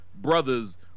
brothers